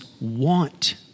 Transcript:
want